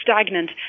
stagnant